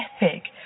epic